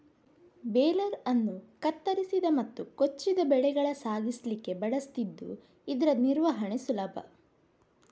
baler ಅನ್ನು ಕತ್ತರಿಸಿದ ಮತ್ತು ಕೊಚ್ಚಿದ ಬೆಳೆಗಳ ಸಾಗಿಸ್ಲಿಕ್ಕೆ ಬಳಸ್ತಿದ್ದು ಇದ್ರ ನಿರ್ವಹಣೆ ಸುಲಭ